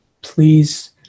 Please